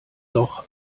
doch